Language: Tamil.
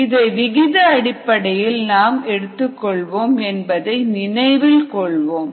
இதை விகித அடிப்படையில் நாம் எடுத்துக்கொள்வோம் என்பதை நினைவில் கொள்வோம்